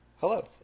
Hello